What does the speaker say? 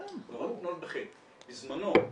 בזמנו,